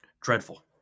dreadful